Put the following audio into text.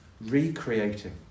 recreating